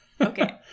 Okay